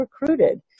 recruited